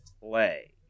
play